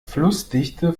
flussdichte